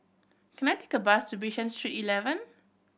can I take a bus to Bishan Street Eleven